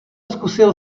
zkusil